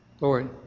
Lord